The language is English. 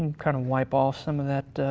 kind of wipe off some of that